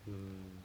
mm